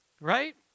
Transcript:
Right